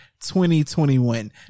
2021